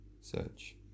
Search